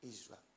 Israel